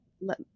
let